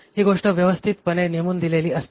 ही गोष्ट व्यवस्थितपणे नेमून दिलेली असते